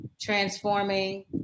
transforming